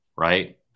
right